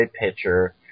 pitcher